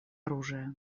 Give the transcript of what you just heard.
оружия